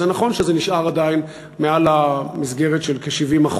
נכון שזה נשאר עדיין מעל המסגרת של 70%,